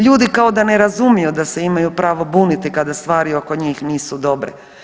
Ljudi kao da ne razumiju da se imaju pravo buniti kada stvari oko njih nisu dobre.